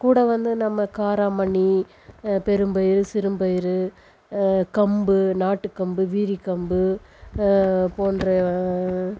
கூட வந்து நம்ம காராமணி பெரும்பயிறு சிறும்பயிறு கம்பு நாட்டுக்கம்பு வீரிகம்பு போன்ற